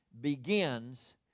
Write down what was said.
begins